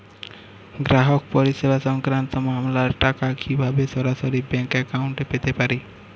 গ্রাহক পরিষেবা সংক্রান্ত মামলার টাকা কীভাবে সরাসরি ব্যাংক অ্যাকাউন্টে পেতে পারি?